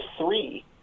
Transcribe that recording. three